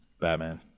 Batman